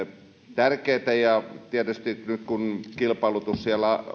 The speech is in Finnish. tärkeitä tietysti nyt kun kilpailutus